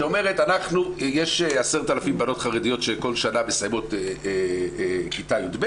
שאומרת 'יש 10,000 בנות חרדיות שכל שנה מסיימות כיתה יב',